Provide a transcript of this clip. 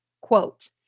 quote